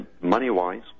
money-wise